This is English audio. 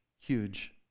huge